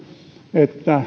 että